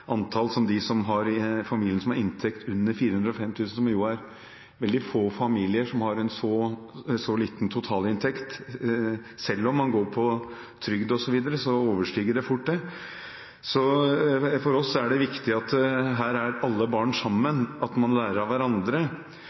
antall som familier som har inntekt under 405 000 kr. Det er veldig få familier som har en så liten totalinntekt, selv om man går på trygd osv., så overstiger det fort det. For oss er det viktig at her er alle barn sammen, at man lærer av hverandre.